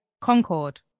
Concord